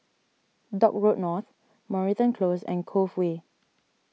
Dock Road North Moreton Close and Cove Way